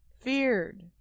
Feared